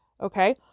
Okay